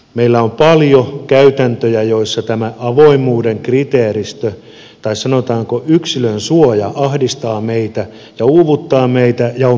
meillä on paljon käytäntöjä joissa tämä avoimuuden kriteeristö tai sanotaanko yksilön suoja ahdistaa meitä ja uuvuttaa meitä ja on meille kallista